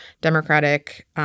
democratic